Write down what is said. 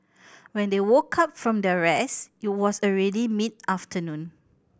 when they woke up from their rest it was already mid afternoon